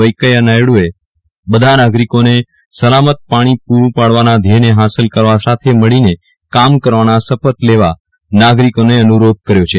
વેકૈયા નાયડ઼એ બધા નાગરિકોને સલામત પારૂી પૂરું પાડવાના ધ્યેયને હાંસલ કરવા સાથે મળીને કામ કરવાના શપથ લેવા નાગરિકોને અનુરોધ કર્યો છે